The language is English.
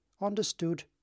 understood